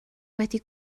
wedi